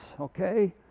okay